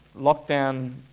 lockdown